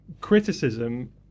criticism